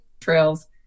trails